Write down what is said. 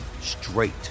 straight